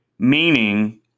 Meaning